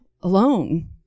alone